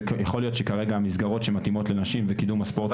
ויכול להיות שכרגע המסגרות שמתאימות לנשים וקידום ספורט נשים.